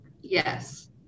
Yes